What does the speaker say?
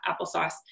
applesauce